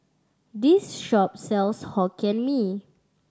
this shop sells Hokkien Mee